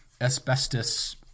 asbestos